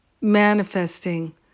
manifesting